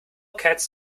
cats